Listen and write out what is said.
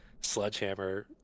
sledgehammer